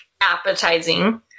appetizing